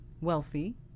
wealthy